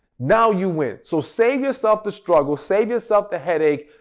now you win. so, save yourself the struggle, save yourself the headache,